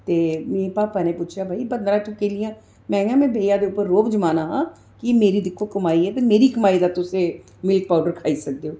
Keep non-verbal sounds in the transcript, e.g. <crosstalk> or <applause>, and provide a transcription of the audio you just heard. ते मिगी पापा ना पुच्छेआ कि भाई पंदरां कि <unintelligible> में आक्खेया में भईया दे उप्पर रौब जमाना हा कि मेरी दिक्खो कमाई ऐ ते मेरी कमाई दा तुसैं दिक्खो मिल्क पाऊड़र खाई सकदेयो